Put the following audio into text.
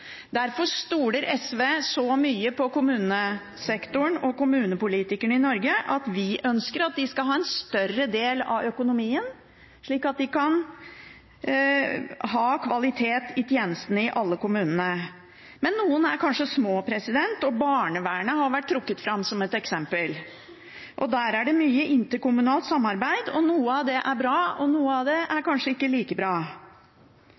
Derfor stoler SV så mye på kommunesektoren og kommunepolitikerne i Norge at vi ønsker at de skal få en større del av økonomien, slik at man kan ha kvalitet i tjenestene i alle kommuner. Men noen er kanskje små, og barnevernet har vært trukket fram som et eksempel. På det området er det mye interkommunalt samarbeid. Noe av det er bra, og noe av det er kanskje ikke like bra.